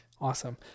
Awesome